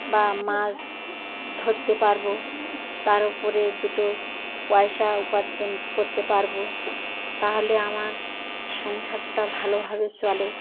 বা মাছ ধরতে পারবো তার উপরে দুটো পয়সা উপার্জন করতে পারবো তাহলে আমার সংসারটা ভালোভাবে চলে